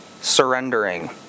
surrendering